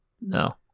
no